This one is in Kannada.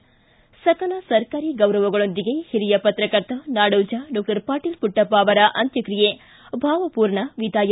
ಸ್ತಿ ಸಕಲ ಸರ್ಕಾರಿ ಗೌರವಗಳೊಂದಿಗೆ ಹಿರಿಯ ಪತ್ರಕರ್ತ ನಾಡೋಜ ಡಾಕ್ಟರ್ ಪಾಟೀಲ ಪುಟ್ಟಪ್ಪ ಅವರ ಅಂತ್ಯಕ್ರಿಯೆ ಭಾವರ್ಮೂರ್ಣ ವಿದಾಯ